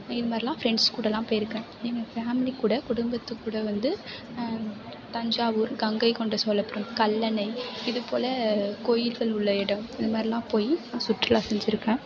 இது மாதிரிலாம் ஃபிரண்ட்ஸ் கூடயெலாம் போயிருக்கேன் என் ஃபேமிலி கூட குடும்பத்துக்கூட வந்து தஞ்சாவூர் கங்கைகொண்ட சோழபுரம் கல்லணை இதுபோல் கோயில்கள் உள்ள இடம் இது மாதிரிலாம் போய் சுற்றுலா செஞ்சுருக்கேன்